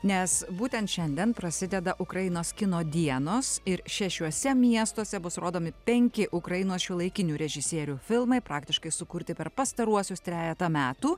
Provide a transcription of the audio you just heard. nes būtent šiandien prasideda ukrainos kino dienos ir šešiuose miestuose bus rodomi penki ukrainos šiuolaikinių režisierių filmai praktiškai sukurti per pastaruosius trejetą metų